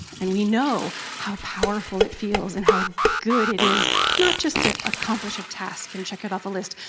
and we know how powerful it feels and how good it is not just to accomplish a task and check it off a list,